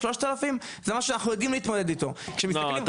3,000 זה משהו שאנחנו יודעים להתמודד אתו --- לא,